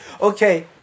okay